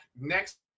next